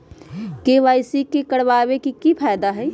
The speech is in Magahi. के.वाई.सी करवाबे के कि फायदा है?